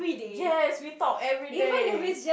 yes we talk everyday